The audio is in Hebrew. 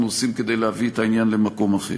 עושים כדי להביא את העניין למקום אחר.